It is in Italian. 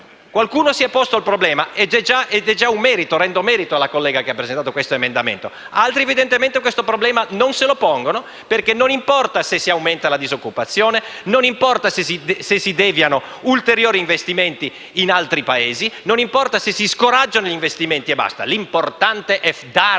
Qualcuno si è il posto il problema, e rendo merito alla collega che ha presentato l'emendamento. Altri, evidentemente, questo problema non se lo pongono, perché non importa se si aumenta la disoccupazione; non importa se si deviano ulteriori investimenti in altri Paesi; non importa se si scoraggiano gli investimenti. L'importante è dare